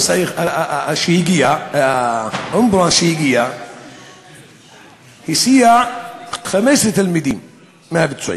ואז, האמבולנס שהגיע הסיע 15 תלמידים מהפצועים,